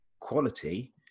quality